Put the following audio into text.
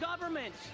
government